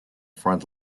front